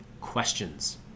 questions